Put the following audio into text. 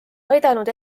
aidanud